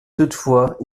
toutefois